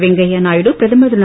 வெங்கையா நாயுடு பிரதமர் திரு